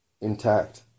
intact